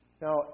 Now